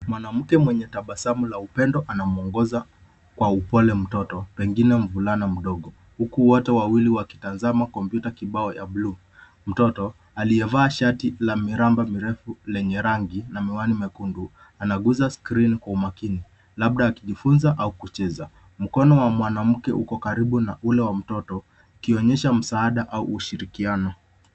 Mwanamke mwenye tabasamu la upendo, anamwongoza kwa upole mtoto, pengine mvulana mdogo, huku wote wawili wakitazama kompyuta kibao ya blue . Mtoto, aliyevaa shati la miraba mirefu lenye rangi na miwani myekundu, anaguza skirini kwa umakini, labda akijifunza au kucheza. Mkono wa mwanamke uko karibu na ule wa mtoto, ukionyesha msaada au ushirikiana.